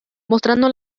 mostrando